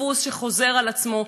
דפוס שחוזר על עצמו,